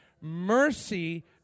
Mercy